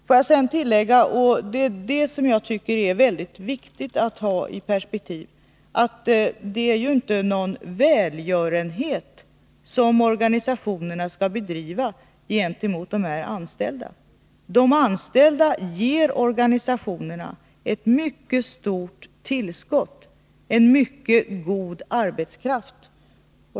m.fl. Får jag tillägga att jag tycker att det är mycket viktigt att ha med i perspektivet att det inte är någon välgörenhet som organisationerna skall bedriva gentemot de anställda. De anställda ger organisationerna ett mycket stort tillskott, en mycket god arbetskraft.